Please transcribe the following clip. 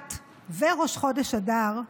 בשבט וראש חודש אדר,